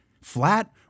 flat